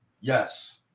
yes